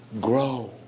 grow